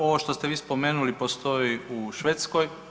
Ovo što ste vi spomenuli postoji u Švedskoj.